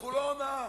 כולו הונאה.